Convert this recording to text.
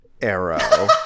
Arrow